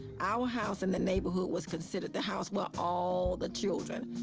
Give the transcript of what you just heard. our house in the neighborhood was considered the house where all the children,